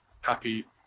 happy